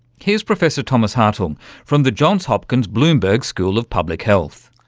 here's professor thomas hartung from the johns hopkins bloomberg school of public health.